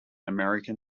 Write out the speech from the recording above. american